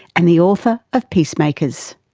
and the author of peacemakers.